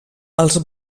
els